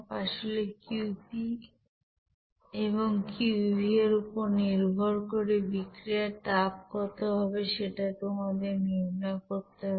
আসলে Qp এবং Qv এর উপর নির্ভর করে বিক্রিয়ার তাপ কত হবে সেটা তোমাদের নির্ণয় করতে হবে